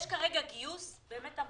יש כרגע גיוס המוני.